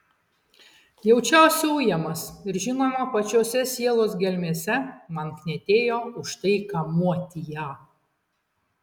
jaučiausi ujamas ir žinoma pačiose sielos gelmėse man knietėjo už tai kamuoti ją